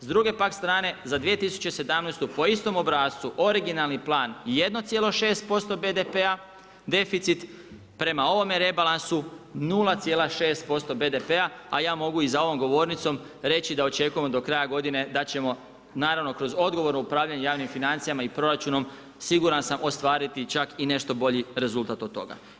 S druge pak strane za 2017. po istom obrascu originalni plan 1,6% BDP-a, deficit prema ovome rebalansu 0,6% BDP-a a ja mogu i za ovom govornicom reći da očekujem do kraja godine da ćemo, naravno kroz odgovor o upravljanje javnim financijama i proračunom siguran sam, ostvariti čak i nešto bolji rezultat od toga.